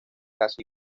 casi